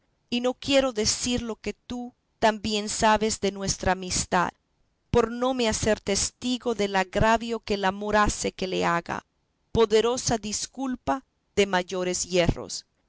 y no quiero decir lo que tú tan bien sabes de nuestra amistad por no me hacer testigo del agravio que el amor hace que le haga poderosa disculpa de mayores yerros